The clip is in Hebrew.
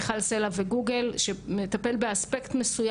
אנחנו חלק מקולקטיב אימפקט של שיתופים בנושא